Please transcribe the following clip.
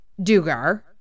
Dugar